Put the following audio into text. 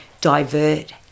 divert